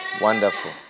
Wonderful